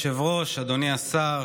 אדוני היושב-ראש, אדוני השר,